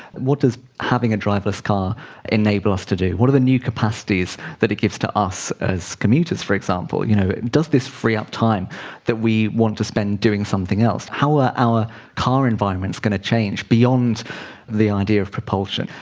what does having a driverless car enable us to do? what are the new capacities that it gives to us as commuters, for example? you know does this free up time that we want to spend doing something else? how are our car environment going to change beyond the idea of propulsion?